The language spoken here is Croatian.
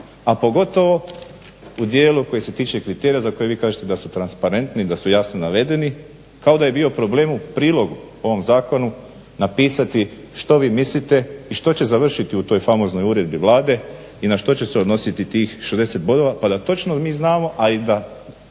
A pogotovo u djelu koji se tiče kriterija za koji vi kažete da su transparentni, da su jasno navedeni kao da je bio problem u prilogu ovom zakonu napisati što vi mislite i što će završiti u toj famoznoj uredbi Vlade i na što će se odnositi tih 60 bodova pa da točno mi znamo a i da